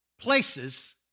places